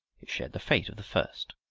it shared the fate of the first.